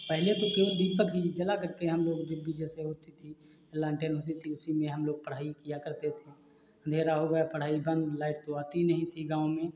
पहले तो केवल दीपक जला कर के हम लोग जब भी जैसे भी होती थी लालटेन होती थी उसी में हम लोग पढ़ाई किया करते थे अंधेरा हो गया पढ़ाई बंद लाइट तो आती नहीं थी गाँव में